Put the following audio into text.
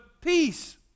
peace